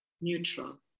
neutral